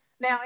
Now